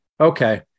Okay